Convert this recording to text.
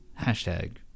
Hashtag